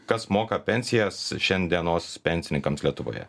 kas moka pensijas šiandienos pensininkams lietuvoje